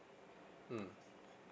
mm